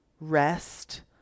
rest